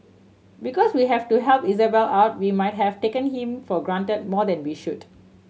because we had to help Isabelle out we might have taken him for granted more than we should